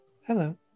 Hello